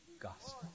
gospel